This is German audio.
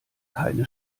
keine